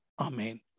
Amen